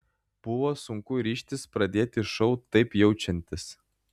buvo sunku ryžtis pradėti šou taip jaučiantis